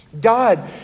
God